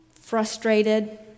frustrated